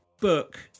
book